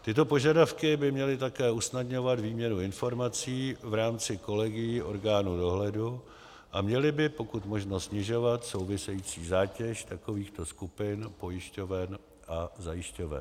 Tyto požadavky by měly také usnadňovat výměnu informací v rámci kolegií orgánů dohledu a měly by pokud možno snižovat související zátěž takovýchto skupin pojišťoven a zajišťoven.